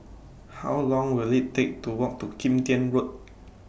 How Long Will IT Take to Walk to Kim Tian Road